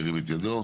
ירים את ידו.